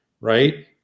right